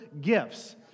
gifts